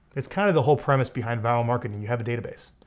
it's kinda the whole premise behind vyral marketing. you have a database.